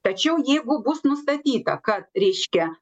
tačiau jeigu bus nustatyta kad reiškia